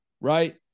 right